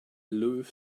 loews